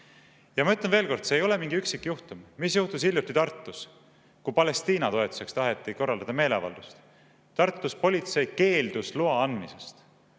Ma ütlen veel kord, et see ei ole mingi üksikjuhtum. Mis juhtus hiljuti Tartus, kui Palestiina toetuseks taheti korraldada meeleavaldust? Tartus politsei keeldus loa andmisest,